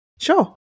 Sure